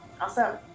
Awesome